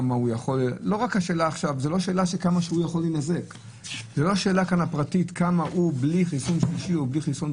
זאת לא שאלה כמה הוא יכול להינזק אלא כמה הוא בלי חיסון בכלל,